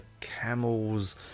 camels